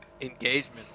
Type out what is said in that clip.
engagement